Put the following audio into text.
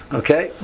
okay